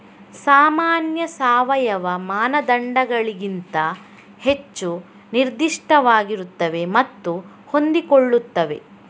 ಸಾಮಾನ್ಯ ಸಾವಯವ ಮಾನದಂಡಗಳಿಗಿಂತ ಹೆಚ್ಚು ನಿರ್ದಿಷ್ಟವಾಗಿರುತ್ತವೆ ಮತ್ತು ಹೊಂದಿಕೊಳ್ಳುತ್ತವೆ